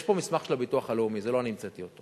יש פה מסמך של הביטוח הלאומי, לא אני המצאתי אותו.